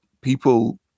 people